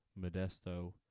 Modesto